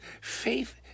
Faith